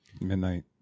Midnight